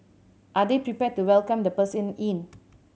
are they prepared to welcome the person in